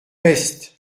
peste